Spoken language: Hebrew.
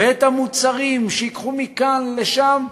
ואת המוצרים שייקחו מכאן לשם.